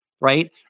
right